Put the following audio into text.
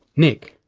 nick,